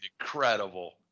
incredible